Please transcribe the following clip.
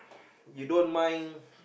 you don't mind